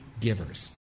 givers